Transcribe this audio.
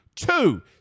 Two